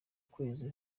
kwezi